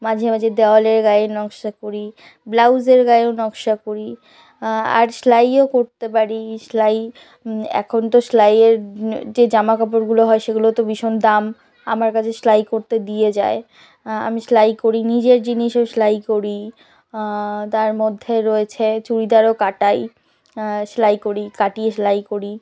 মাঝে মাঝে দেয়ালের গায়ে নকশা করি ব্লাউজের গায়েও নকশা করি আর সেলাইও করতে পারি সেলাই এখন তো সেলাইয়ের যে জামা কাপড়গুলো হয় সেগুলো তো ভীষণ দাম আমার কাছে সেলাই করতে দিয়ে যায় আমি সেলাই করি নিজের জিনিসেও সেলাই করি তার মধ্যে রয়েছে চুড়িদারও কাটাই সেলাই করি কাটিয়ে সেলাই করি